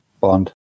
Bond